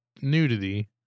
nudity